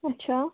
اچھَا